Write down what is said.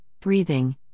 breathing